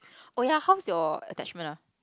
oh ya how's your attachment ah